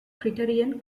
criterion